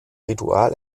ritual